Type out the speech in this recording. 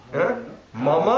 Mama